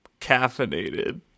caffeinated